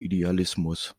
idealismus